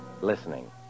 listening